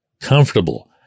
comfortable